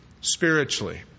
spiritually